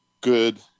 good